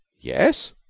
Yes